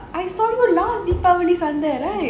I saw you last deepavali சந்தை:santhai right